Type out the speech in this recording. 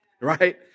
right